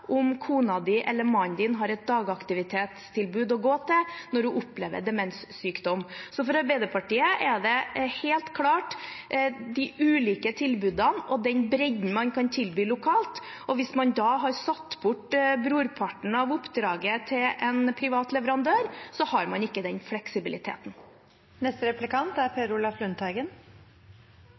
om kona di eller mannen din har et dagaktivitetstilbud å gå til når man opplever demenssykdom. Så for Arbeiderpartiet er det helt klart de ulike tilbudene og den bredden man kan tilby lokalt som er viktig, og hvis man da har satt bort brorparten av oppdraget til en privat leverandør, har man ikke den